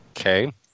Okay